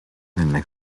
venne